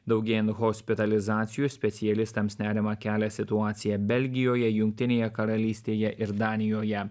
daugėjant hospitalizacijų specialistams nerimą kelia situacija belgijoje jungtinėje karalystėje ir danijoje